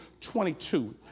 22